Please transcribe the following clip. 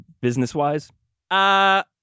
business-wise